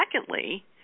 secondly